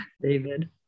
David